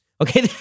Okay